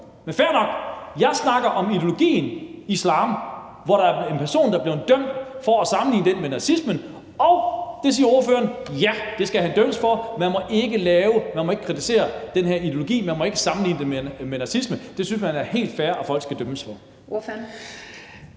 Men fair nok! Jeg snakker om ideologien islam, hvor der er en person, der er blevet dømt for at sammenligne den med nazismen, og til det siger ordføreren: Ja, det skal han dømmes for; man må ikke kritisere den her ideologi, man må ikke sammenligne den med nazisme. Man synes, det er helt fair, at folk skal dømmes for det.